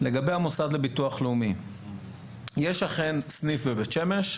לגבי הביטוח הלאומי יש סניף בבית שמש,